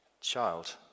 child